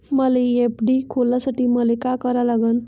मले एफ.डी खोलासाठी मले का करा लागन?